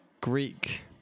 Greek